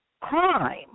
crime